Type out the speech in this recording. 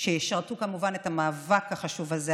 שישרתו כמובן את המאבק החשוב הזה.